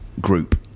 group